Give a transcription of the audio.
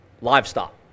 livestock